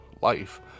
life